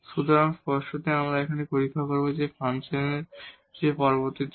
সুতরাং স্পষ্টভাবে আমরা এই সময়ে পরীক্ষা করব ফাংশনের মান পরবর্তীতে কি